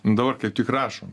dabar kaip tik rašom